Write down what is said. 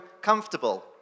comfortable